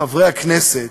חברי הכנסת,